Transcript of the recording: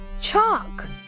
Chalk